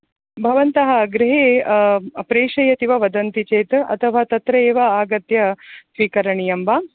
भवन्तः गृहे प्रेषयति वा वदन्ति चेत् अथवा तत्र एव आगत्य स्वीकरणीयं वा